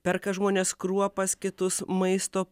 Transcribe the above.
perka žmonės kruopas kitus maisto